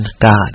God